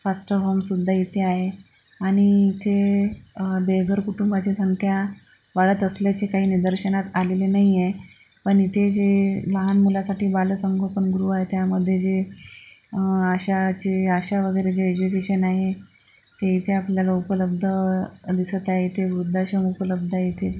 faster होमसुद्धा इथे आहे आणि इथे बेघर कुटुंबाचे संख्या वाढत असल्याचे काही निदर्शनात आलेले नाही आहे पण इथे जे लहान मुलासाठी बालसंगोपन गृह आहे त्यामध्ये जे आशाचे आशा वगैरे जे एजुकेशन आहे हे इथे आपल्याला उपलब्ध दिसत आहे इथे वृद्धाश्रम उपलब्ध आहे इथे